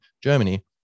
Germany